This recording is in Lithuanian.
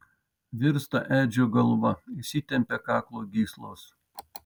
virsta edžio galva įsitempia kaklo gyslos